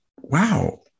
wow